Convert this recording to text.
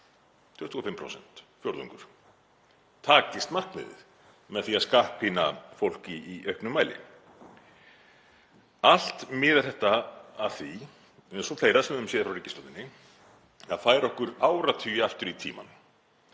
25%, fjórðungur, takist markmiðið með því að skattpína fólk í auknum mæli. Allt miðar þetta að því, eins og fleira sem höfum séð frá ríkisstjórninni, að færa okkur áratugi aftur í tímann,